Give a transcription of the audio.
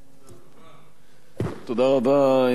קבוצה טובה.